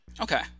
Okay